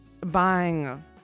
buying